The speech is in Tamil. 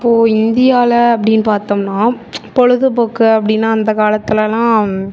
இப்போது இந்தியாவில் அப்படின்னு பார்த்தோம்னா பொழுதுபோக்கு அப்படின்னா அந்த காலத்துலெல்லாம்